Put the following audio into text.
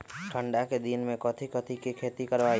ठंडा के दिन में कथी कथी की खेती करवाई?